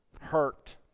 hurt